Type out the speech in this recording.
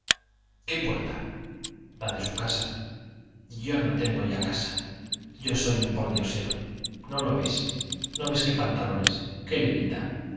qué puerta la de su casa yo no tengo ya casa yo soy un pordiosero no lo ves no ves qué pantalones qué levita